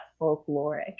folkloric